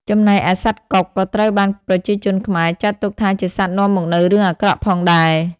ចំណែកឯសត្វកុកក៏ត្រូវបានប្រជាជនខ្មែរ ចាត់ទុកថាជាសត្វនាំមកនៅរឿងអាក្រក់ផងដែរ។